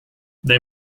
they